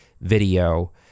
video